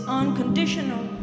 unconditional